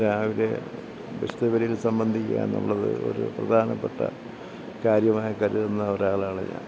രാവിലെ വിശുദ്ധ ബലിയിൽ സംബന്ധിക്കുക എന്നുള്ളത് ഒരു പ്രധാനപ്പെട്ട കാര്യമായി കരുതുന്ന ഒരാളാണ് ഞാൻ